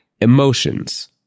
emotions